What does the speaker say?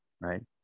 right